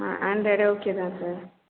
ஆ ஆன்ராயிடே ஓகே தான் சார்